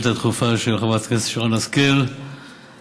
שאילתה דחופה של חברת הכנסת שרן השכל בעניין